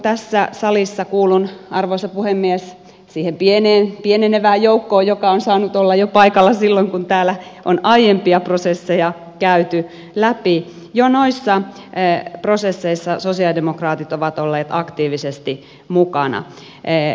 tässä salissa kuulun arvoisa puhemies siihen pienenevään joukkoon joka on saanut olla paikalla jo silloin kun täällä on aiempia prosesseja käyty läpi ja jo noissa prosesseissa sosialidemokraatit ovat olleet aktiivisesti mukana